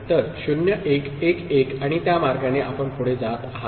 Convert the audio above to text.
तर 0 1 1 1 आणि त्या मार्गाने आपण पुढे जात आहात